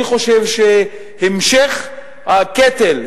אני חושב שהמשך הקטל,